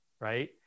Right